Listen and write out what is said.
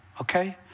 okay